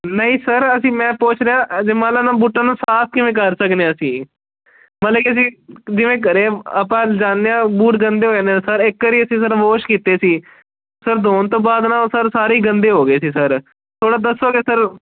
ਨਹੀਂ ਸਰ ਅਸੀਂ ਮੈਂ ਪੁੱਛ ਰਿਹਾ ਜੇ ਮੰਨ ਲਓ ਮੈਂ ਬੂਟਾਂ ਨੂੰ ਸਾਫ਼ ਕਿਵੇਂ ਕਰ ਸਕਦੇ ਹਾਂ ਅਸੀਂ ਮਤਲਬ ਕਿ ਅਸੀਂ ਜਿਵੇਂ ਘਰ ਆਪਾਂ ਜਾਂਦੇ ਹਾਂ ਬੂਟ ਗੰਦੇ ਹੋ ਜਾਂਦੇ ਨੇ ਸਰ ਇੱਕ ਵਾਰੀ ਅਸੀਂ ਵੋਸ਼ ਕੀਤੇ ਸੀ ਸਰ ਧੋਣ ਤੋਂ ਬਾਅਦ ਨਾ ਉਹ ਸਰ ਸਾਰੇ ਹੀ ਗੰਦੇ ਹੋ ਗਏ ਸੀ ਸਰ ਥੋੜ੍ਹਾ ਦੱਸੋਗੇ ਸਰ